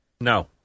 No